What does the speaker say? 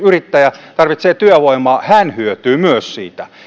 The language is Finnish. yrittäjä joka tarvitsee työvoimaa hyötyy myös siitä